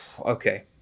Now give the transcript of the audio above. okay